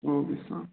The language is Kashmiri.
او کے سلام